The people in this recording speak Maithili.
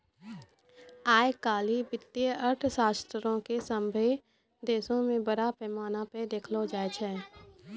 आइ काल्हि वित्तीय अर्थशास्त्रो के सभ्भे देशो मे बड़ा पैमाना पे देखलो जाय छै